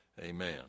Amen